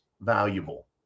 Valuable